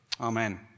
Amen